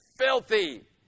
filthy